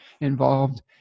involved